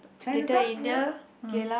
Chinatown ya hmm